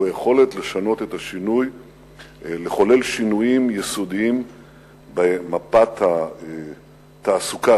הוא היכולת לחולל שינויים יסודיים במפת התעסוקה,